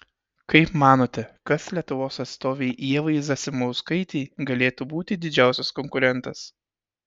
kaip manote kas lietuvos atstovei ievai zasimauskaitei galėtų būti didžiausias konkurentas